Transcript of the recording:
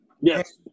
Yes